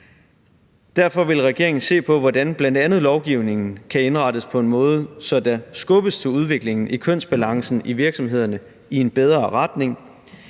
Derfor vil regeringen se på, hvordan bl.a. lovgivning kan indrettes på en måde, så der skubbes til udviklingen i kønsbalancen i virksomhederne i en bedre retning.